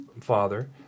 father